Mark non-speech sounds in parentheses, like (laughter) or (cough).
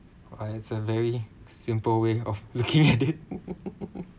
ah it's a very simple way of looking at it (laughs)